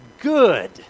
good